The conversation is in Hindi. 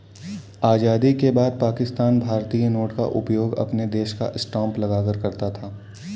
आजादी के बाद पाकिस्तान भारतीय नोट का उपयोग अपने देश का स्टांप लगाकर करता था